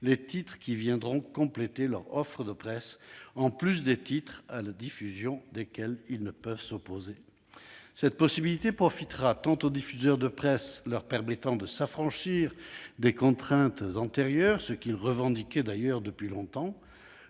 les titres qui viendront compléter leur offre de presse, en plus des titres à la diffusion desquels ils ne peuvent s'opposer. Cette possibilité profitera tant aux diffuseurs de presse, leur permettant de s'affranchir des contraintes antérieures- ils revendiquaient d'ailleurs cela depuis longtemps